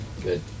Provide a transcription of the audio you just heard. Good